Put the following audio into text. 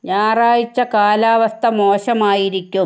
ഞായറാഴ്ച കാലാവസ്ഥ മോശമായിരിക്കും